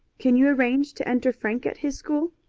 can you arrange to enter frank at his school?